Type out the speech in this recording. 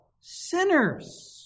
sinners